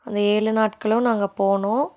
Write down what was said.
அந்த ஏழு நாட்களும் நாங்கள் போனோம்